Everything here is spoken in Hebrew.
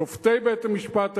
שופטי בית-המשפט העליון,